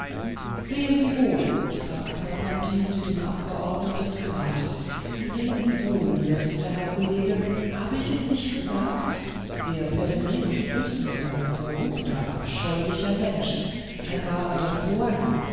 sehen sie wohl sprach knarrpanti zu dem abgeordneten des rats sehen sie wohl wertester herr kollege habe ich es nicht gesagt der peregrinus tyß ist ein verruchter abscheulicher mensch ein wahrer don juan